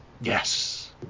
Yes